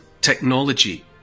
technology